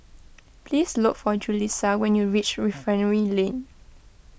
please look for Julisa when you reach Refinery Lane